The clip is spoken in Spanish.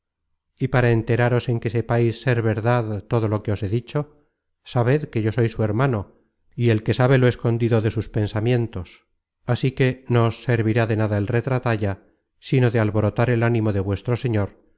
y para enteraros en que sepais ser verdad todo lo que os he dicho sabed que yo soy su hermano y el que sabe lo escondido de sus pensamientos así que no os servirá de nada el retratalla sino de al borotar el ánimo de vuestro señor